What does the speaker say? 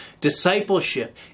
Discipleship